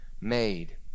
made